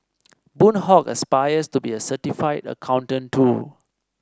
Boon Hock aspires to be a certified accountant too